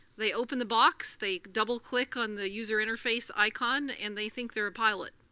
they open the box, they double click on the user interface icon and they think they're ah pilot.